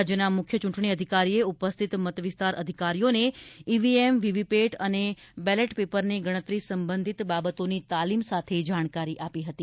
રાજ્યના મુખ્ય ચૂંટણી અધિકારીએ ઉપસ્થિત મત વિસ્તાર અધિકારીઓને ઈવીએમ વીવીપેટ અને બેલેટ પેપરની ગણતરી સંબંધિત બાબતોની તાલીમ સાથે જાણકારી આપી હતી